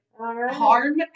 Harm